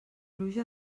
pluja